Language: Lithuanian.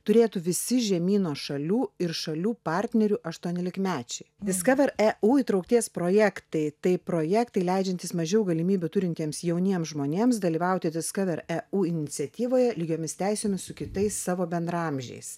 turėtų visi žemyno šalių ir šalių partnerių aštuoniolikmečiai discovereu įtraukties projektai tai projektai leidžiantys mažiau galimybių turintiems jauniems žmonėms dalyvauti discovereu iniciatyvoje lygiomis teisėmis su kitais savo bendraamžiais